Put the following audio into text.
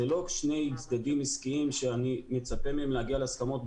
זה לא שני צדדים עסקיים שאני מצפה מהם להגיע להסכמות,